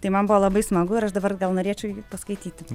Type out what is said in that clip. tai man buvo labai smagu ir aš dabar gal norėčiau jį paskaityti